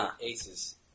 Aces